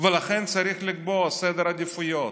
ולכן צריך לקבוע סדר עדיפויות.